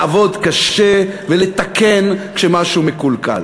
לעבוד קשה ולתקן כשמשהו מקולקל.